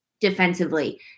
defensively